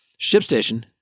ShipStation